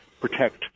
protect